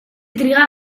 triga